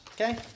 Okay